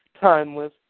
timeless